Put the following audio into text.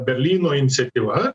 berlyno inciatyva